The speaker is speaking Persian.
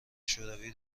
شوروی